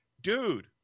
Dude